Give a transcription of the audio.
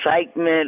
excitement